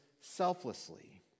selflessly